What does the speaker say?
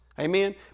Amen